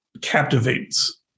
captivates